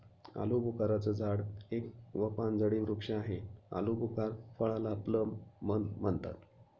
आलूबुखारा चं झाड एक व पानझडी वृक्ष आहे, आलुबुखार फळाला प्लम पण म्हणतात